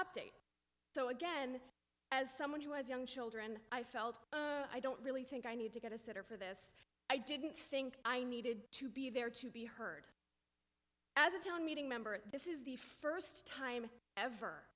r so again as someone who has young children i felt i don't really think i need to get a sitter for this i didn't think i needed to be there to be heard as a town meeting member this is the first time ever